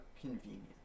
convenient